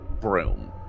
broom